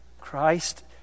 Christ